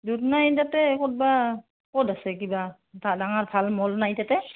দুধনৈ তাতে ক'তবা ক'ত আছে কিবা ভ ডাঙৰ ভাল মল নাই তাতে